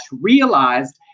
realized